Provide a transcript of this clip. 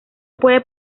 puede